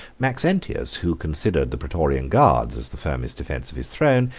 maxentius, who considered the praetorian guards as the firmest defence of his throne,